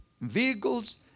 vehicles